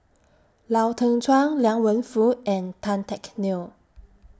Lau Teng Chuan Liang Wenfu and Tan Teck Neo